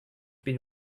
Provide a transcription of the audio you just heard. been